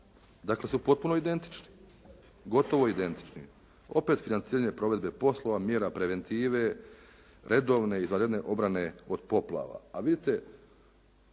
dakle su potpuno identični, gotovo identični. Opet financiranje provedbe poslova, mjera preventivne, redovne i izvanredne obrane od poplava.